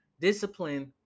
discipline